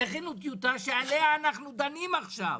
הכינו טיוטה שעליה אנחנו דנים עכשיו.